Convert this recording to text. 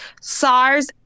SARS